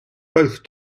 both